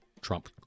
Trump